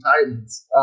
Titans